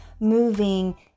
moving